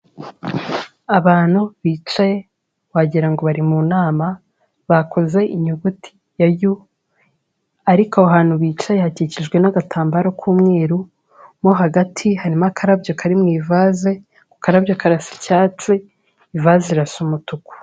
Abantu bicaye wagirango bari mu nama, bakoze inyuguti ya u, ariko aho hantu bicaye hakikijwe n'agatambaro k'umweru, mo hagati harimo akarabyo kari mu ivase, ako karabyo karasa icyatsi, ivaze irasa umutuku.